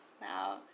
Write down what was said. now